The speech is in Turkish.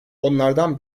onlardan